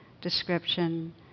description